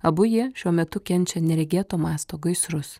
abu jie šiuo metu kenčia neregėto masto gaisrus